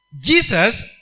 Jesus